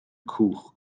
cwch